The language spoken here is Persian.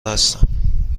هستم